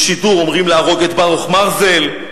בשידור אומרים: להרוג את ברוך מרזל,